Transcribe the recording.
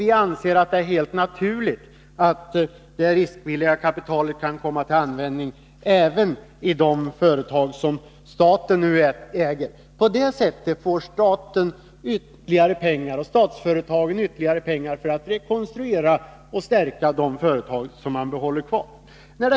Vi anser att det är helt naturligt att detta riskvilliga kapital kan komma till användning även i de företag som staten nu äger. På det sättet får Statsföretag ytterligare pengar för att rekonstruera och stärka de företag som man behåller.